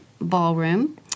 Ballroom